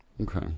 okay